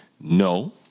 no